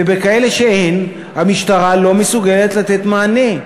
ובכאלה שאין, המשטרה לא מסוגלת לתת מענה.